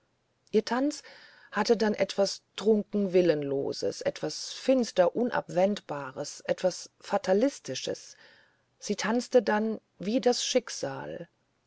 ihr tanz hatte dann etwas trunken willenloses etwas finster unabwendbares etwas fatalistisches sie tanzte dann wie das schicksal